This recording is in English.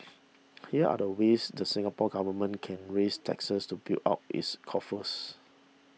here are the ways the Singapore Government can raise taxes to build up its coffers